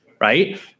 right